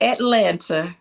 Atlanta